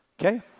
Okay